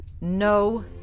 No